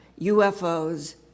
UFOs